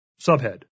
Subhead